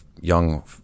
young